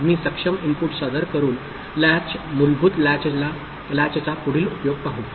आम्ही सक्षम इनपुट सादर करून लॅच मूलभूत लॅचचा पुढील उपयोग पाहू